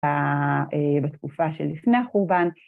בתקופה שלפני החורבן.